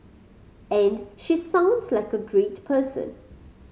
and she sounds like a great person